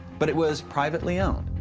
but it was privately owned.